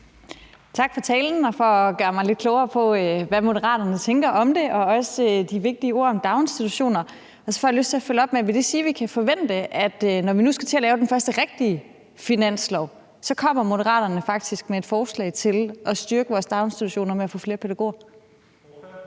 Tak for talen og for at gøre mig lidt klogere på, hvad Moderaterne tænker om det, og også for de vigtige ord om daginstitutioner. Så får jeg lyst til at følge op med spørgsmålet: Vil det sige, at vi kan forvente, at når vi nu skal til at lave den første rigtige finanslov, kommer Moderaterne faktisk med et forslag til at styrke vores daginstitutioner ved at få flere pædagoger?